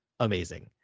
amazing